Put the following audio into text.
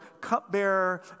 cupbearer